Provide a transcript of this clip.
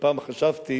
פעם חשבתי